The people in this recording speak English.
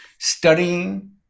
studying